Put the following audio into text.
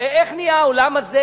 איך נהיה העולם הזה,